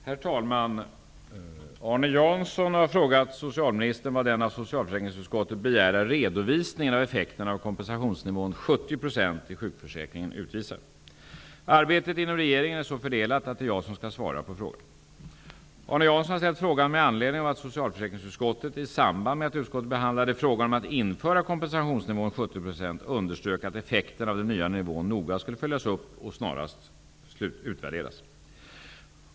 Herr talman! Arne Jansson har frågat socialministern vad den av socialförsäkringsutskottet begärda redovisningen av effekterna av kompensationsnivån 70 % i sjukförsäkringen utvisar. Arbetet inom regeringen är så fördelat att det är jag som skall svara på den frågan. Arne Jansson har ställt frågan med anledning av att socialförsäkringsutskottet i samband med att utskottet behandlade frågan om att införa kompensationsnivån 70 % underströk att effekterna av den nya nivån noga skulle följas upp och snarast utvärderas.